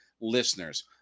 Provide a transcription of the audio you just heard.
listeners